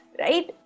right